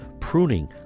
pruning